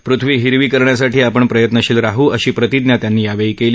पृथ्वी हिरवी करण्यासाठी आपण प्रयत्नशील राहू अशी प्रतिज्ञा त्यांनी यावेळी केली